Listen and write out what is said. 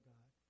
God